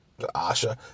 Asha